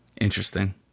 Interesting